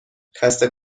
خسته